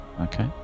Okay